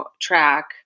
track